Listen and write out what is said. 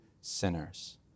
sinners